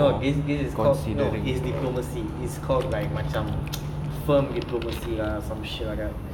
no this is this is called no it's diplomacy it's called like macam firm diplomacy lah or some shit like that